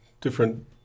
different